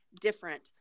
different